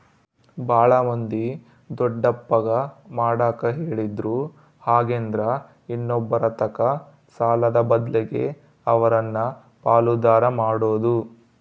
ಬಾಳ ಮಂದಿ ದೊಡ್ಡಪ್ಪಗ ಮಾಡಕ ಹೇಳಿದ್ರು ಹಾಗೆಂದ್ರ ಇನ್ನೊಬ್ಬರತಕ ಸಾಲದ ಬದ್ಲಗೆ ಅವರನ್ನ ಪಾಲುದಾರ ಮಾಡೊದು